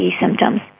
symptoms